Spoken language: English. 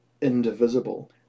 indivisible